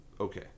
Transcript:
Okay